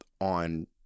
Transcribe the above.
on